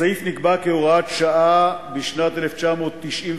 הסעיף נקבע כהוראת שעה בשנת 1995,